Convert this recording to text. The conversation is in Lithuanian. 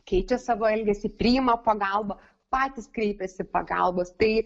keičia savo elgesį priima pagalbą patys kreipiasi pagalbos tai